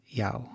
jou